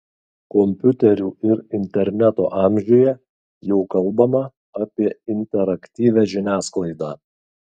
kompiuterių ir interneto amžiuje jau kalbama apie interaktyvią žiniasklaidą